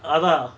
அதா:atha